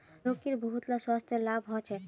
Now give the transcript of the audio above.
लौकीर बहुतला स्वास्थ्य लाभ ह छेक